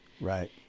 Right